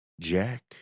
Jack